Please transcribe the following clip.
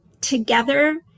together